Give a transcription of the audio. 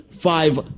Five